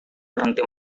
berhenti